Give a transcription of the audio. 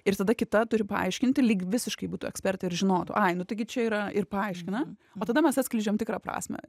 ir tada kita turi paaiškinti lyg visiškai būtų ekspertė ir žinotų ai nu taigi čia yra ir paaiškina o tada mes atskleidžiam tikrą prasmę